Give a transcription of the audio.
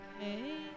Okay